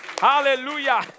Hallelujah